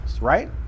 right